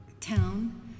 town